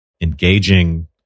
engaging